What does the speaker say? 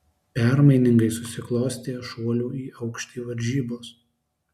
permainingai susiklostė šuolių į aukštį varžybos